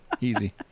Easy